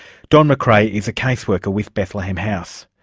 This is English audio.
don mccrae is a caseworker with bethlehem house.